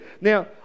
Now